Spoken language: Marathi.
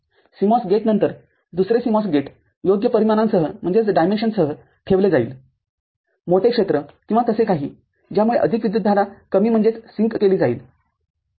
CMOS गेटनंतरदुसरे CMOS गेटयोगय परिमाणांसह ठेवले जाईल मोठे क्षेत्र किंवा तसे काही ज्यामुळे अधिक विद्युतधारा कमी केली जाईल ठीक आहे